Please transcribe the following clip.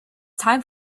time